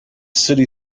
city